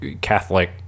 catholic